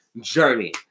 journey